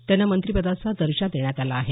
त्यांना मंत्रिपदाचा दर्जा देण्यात आला आहे